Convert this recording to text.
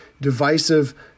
divisive